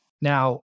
Now